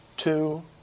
Two